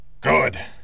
Good